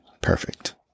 perfect